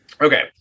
Okay